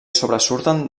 sobresurten